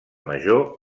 major